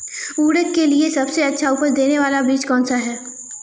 उड़द के लिए सबसे अच्छा उपज देने वाला बीज कौनसा है?